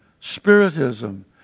spiritism